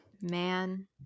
Man